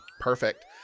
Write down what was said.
Perfect